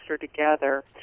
together